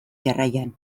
jarraian